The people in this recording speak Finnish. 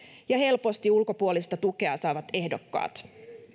ja helposti ulkopuolista tukea saavat ehdokkaat